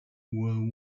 were